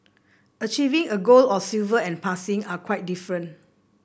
achieving a gold or silver and passing are quite different